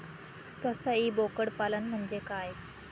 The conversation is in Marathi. कसाई बोकड पालन म्हणजे काय?